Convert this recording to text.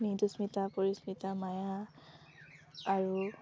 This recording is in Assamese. মৃদুস্মিতা পৰিস্মিতা মায়া আৰু